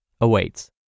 awaits